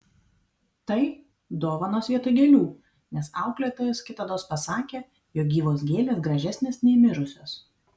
tai dovanos vietoj gėlių nes auklėtojas kitados pasakė jog gyvos gėlės gražesnės nei mirusios